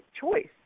choice